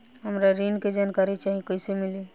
हमरा ऋण के जानकारी चाही कइसे मिली?